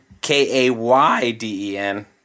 K-A-Y-D-E-N